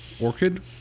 Orchid